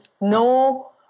no